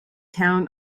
town